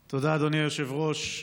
תודה, אדוני היושב-ראש.